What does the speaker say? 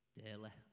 daily